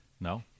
no